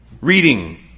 Reading